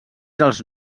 dels